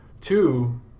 Two